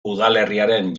udalerriaren